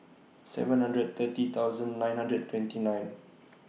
seven hundred thirty thousand nine hundred and twenty nine